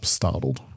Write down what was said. startled